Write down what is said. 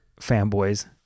fanboys